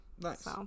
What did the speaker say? Nice